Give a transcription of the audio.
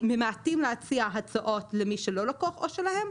ממעטים להציע הצעות למי שלא לקוח עו"ש שלהם,